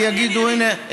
כי יגידו: הינה,